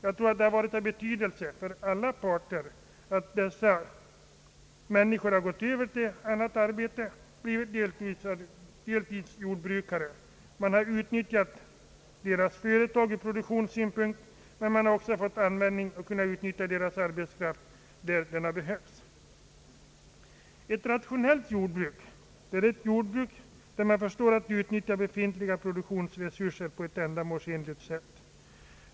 Jag tror att det varit av betydelse för alla parter att dessa människor gått över till annat arbete och blivit deltidsjordbrukare. Man har utnyttjät deras företag ur produktionssynpunkt men har också kunnat använda deras arbetskraft där den har behövts. Ett rationellt jordbruk är ett jordbruk där man förstår att utnyttja befintliga produktionsresurser på ett ändamålsenligt sätt.